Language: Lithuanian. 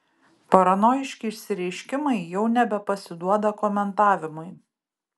paranojiški išsireiškimai jau nebepasiduoda komentavimui